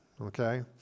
Okay